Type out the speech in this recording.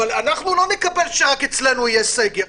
אבל אנחנו לא נקבל שרק אצלנו יהיה סגר.